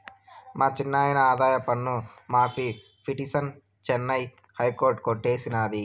మా చిన్నాయిన ఆదాయపన్ను మాఫీ పిటిసన్ చెన్నై హైకోర్టు కొట్టేసినాది